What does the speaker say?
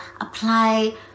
apply